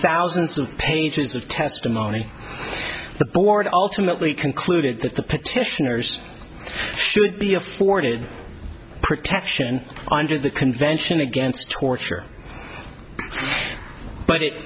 thousands of pages of testimony the board ultimately concluded that the petitioners should be afforded protection under the convention against torture but it